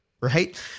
right